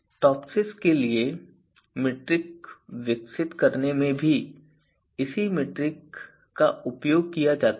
TOPSIS के लिए metric विकसित करने में भी इसी मीट्रिक का उपयोग किया जाता है